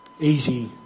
easy